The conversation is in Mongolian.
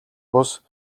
бус